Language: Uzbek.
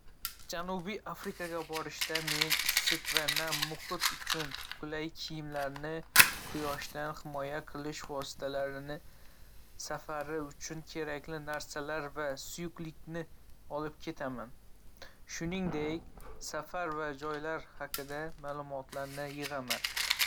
Janubiy Afrikaga borishda, men issiq va nam muhit uchun qulay kiyimlarni, quyoshdan himoya qilish vositalarini, safari uchun kerakli narsalar va suyuqlikni olib ketaman. Shuningdek, safar va joylar haqida ma'lumotlarni yig'aman.